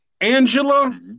Angela